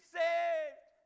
saved